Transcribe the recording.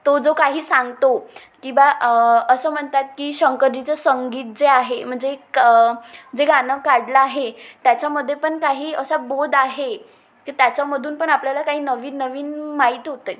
तो जो काही सांगतो की बा असं म्हणतात की शंकरजीचं संगीत जे आहे म्हणजे क जे गाणं काढलं आहे त्याच्यामध्ये पण काही असा बोध आहे की त्याच्यामधून पण आपल्याला काही नवीन नवीन माहीत होत आहे